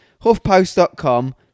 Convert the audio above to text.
HuffPost.com